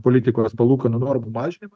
politikos palūkanų normų mažinimą